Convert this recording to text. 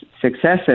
successes